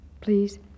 please